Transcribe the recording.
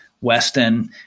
Weston